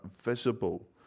visible